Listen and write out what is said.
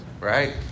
right